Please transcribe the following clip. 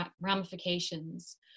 ramifications